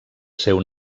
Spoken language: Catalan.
seu